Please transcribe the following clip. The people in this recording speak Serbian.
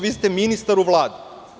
Vi ste ministar u Vladi.